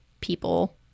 people